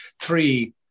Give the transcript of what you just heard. three